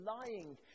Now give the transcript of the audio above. lying